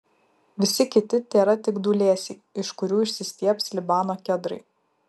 visi kiti tėra tik dūlėsiai iš kurių išsistiebs libano kedrai